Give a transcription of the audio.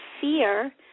fear